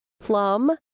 plum